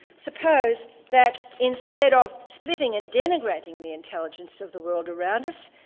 suppose that instead of splitting and denigrating the intelligence of the world around us,